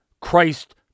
Christ